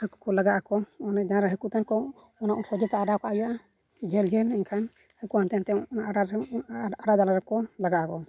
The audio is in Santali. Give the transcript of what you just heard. ᱦᱟᱹᱠᱩ ᱠᱚ ᱞᱟᱜᱟ ᱟᱠᱚ ᱚᱱᱮ ᱡᱟᱦᱟᱸ ᱨᱮ ᱦᱟᱹᱠᱩ ᱛᱟᱦᱮᱱᱟᱠᱚ ᱚᱱᱟ ᱥᱚᱡᱷᱮᱛᱮ ᱚᱰᱟᱣ ᱠᱟᱜ ᱦᱩᱭᱩᱜᱼᱟ ᱡᱷᱟᱹᱞ ᱡᱷᱟᱹᱞ ᱮᱱᱠᱷᱟᱱ ᱦᱟᱹᱠᱩ ᱦᱟᱱᱛᱮ ᱱᱟᱛᱮ ᱚᱰᱟᱣ ᱚᱰᱟᱣ ᱡᱟᱞᱟᱢ ᱨᱮᱠᱚ ᱞᱟᱜᱟᱜ ᱟᱠᱚ